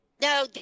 No